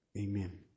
Amen